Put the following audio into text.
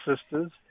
Sisters